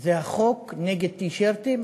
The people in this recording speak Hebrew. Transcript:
זה החוק נגד טי-שירטים?